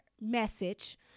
message